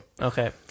Okay